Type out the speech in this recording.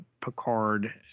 picard